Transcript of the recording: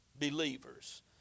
believers